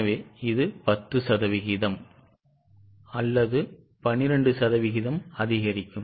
எனவே இது 10 சதவிகிதம் அல்லது 12 சதவிகிதம் அதிகரிக்கும்